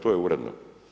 To je uredno.